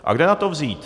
A kde na to vzít?